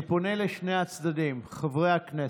אני פונה לשני הצדדים, חברי הכנסת,